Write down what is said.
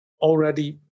already